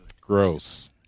gross